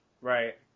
right